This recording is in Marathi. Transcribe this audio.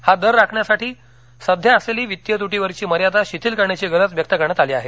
हा दर राखण्यासाठी सध्या असलेली वित्तीय तुटीवरची मर्यादा शिथिल करण्याची गरज व्यक्त करण्यात आली आहे